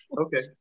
Okay